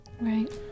Right